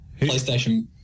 PlayStation